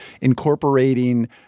incorporating